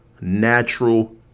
natural